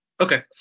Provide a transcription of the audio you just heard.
Okay